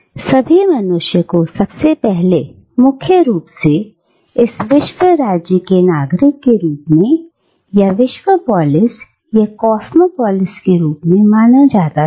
और सभी मनुष्य को सबसे पहले मुख्य रूप से इस विश्व राज्य के नागरिक के रूप में या विश्व पोलिस या कॉस्मो पोलिस के रूप में माना जाता था